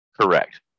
correct